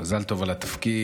מזל טוב על התפקיד,